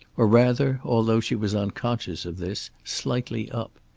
or rather, although she was unconscious of this, slightly up.